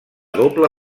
doble